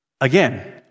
Again